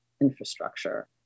infrastructure